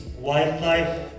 wildlife